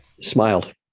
smiled